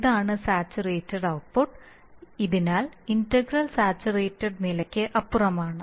ഇതാണ് saturated output അതിനാൽ integral saturated നിലയ്ക്ക് അപ്പുറമാണ്